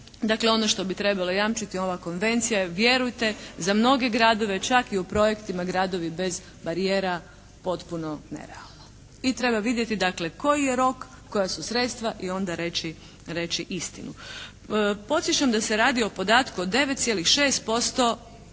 dakle ono što bi trebala jamčiti ova konvencija je vjerujte za mnoge gradove čak i u projektima gradovi bez barijera potpuno nerealno. I treba vidjeti dakle koji je rok, koja su sredstva i onda reći istinu. Podsjećam da se radi o podatku od 9,6%